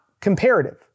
comparative